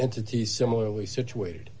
entities similarly situated